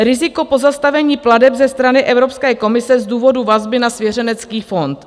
Riziko pozastavení plateb ze strany Evropské komise z důvodu vazby na svěřenský fond.